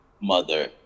mother